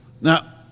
Now